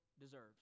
deserves